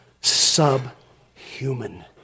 subhuman